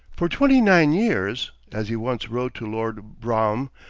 for twenty-nine years, as he once wrote to lord brougham,